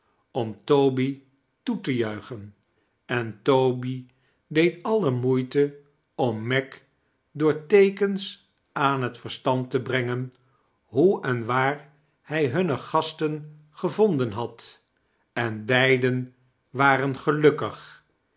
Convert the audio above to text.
om toby toe te juichen en toby deed alle mioeite om meg door teekens aan het verstand te brengen hoe en waar hij hunne gasten gevonden had en beiden waren gelukkig